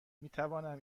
میتوانم